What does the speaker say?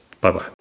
Bye-bye